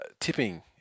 Tipping